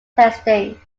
testing